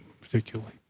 particularly